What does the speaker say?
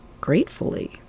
gratefully